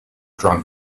drunk